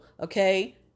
Okay